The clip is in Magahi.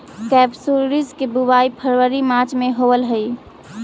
केपसुलरिस के बुवाई फरवरी मार्च में होवऽ हइ